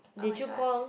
[oh]-my-god